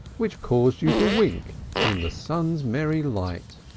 which caused you to wink in the sun's merry light.